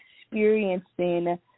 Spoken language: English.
experiencing